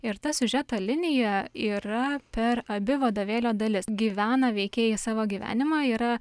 ir ta siužeto linija yra per abi vadovėlio dalis gyvena veikėjai savo gyvenimą yra